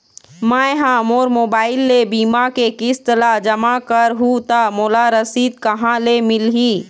मैं हा मोर मोबाइल ले बीमा के किस्त ला जमा कर हु ता मोला रसीद कहां ले मिल ही?